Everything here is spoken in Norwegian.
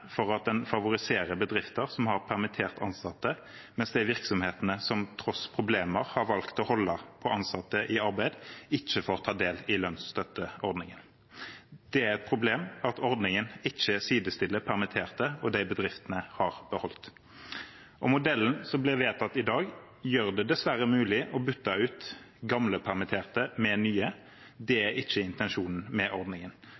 for at den favoriserer bedrifter som har permittert ansatte, mens de virksomhetene som tross problemer har valgt å holde ansatte i arbeid, ikke får ta del i lønnsstøtteordningen. Det er et problem at ordningen ikke sidestiller permitterte og dem bedriftene har beholdt. Modellen som blir vedtatt i dag, gjør det dessverre mulig å bytte ut gamle permitterte med nye. Det er ikke intensjonen med ordningen.